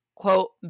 quote